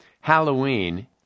Halloween